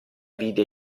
vide